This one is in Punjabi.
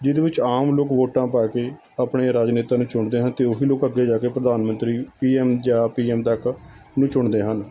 ਜਿਹਦੇ ਵਿੱਚ ਆਮ ਲੋਕ ਵੋਟਾਂ ਪਾ ਕੇ ਆਪਣੇ ਰਾਜਨੇਤਾ ਨੂੰ ਚੁਣਦੇ ਹਨ ਅਤੇ ਉਹੀ ਲੋਕ ਅੱਗੇ ਜਾ ਕੇ ਪ੍ਰਧਾਨ ਮੰਤਰੀ ਪੀ ਐੱਮ ਜਾਂ ਪੀ ਐੱਮ ਤੱਕ ਨੂੰ ਚੁਣਦੇ ਹਨ